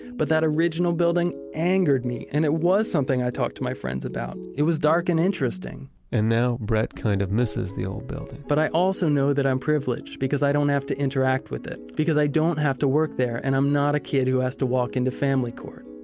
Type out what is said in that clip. but that original building angered me, and it was something i talked to my friends about. it was kind of dark and interesting and now, brett kind of misses the old building but i also know that i'm privileged because i don't have to interact with it. because i don't have to work there and i'm not a kid who has to walk into family court.